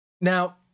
Now